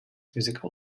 musical